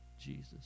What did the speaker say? Jesus